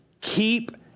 keep